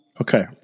okay